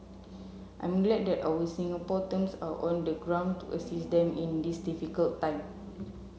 I'm glad that our Singapore terms are on the ground to assist them in this difficult time